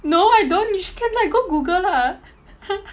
no I don't you should like go google lah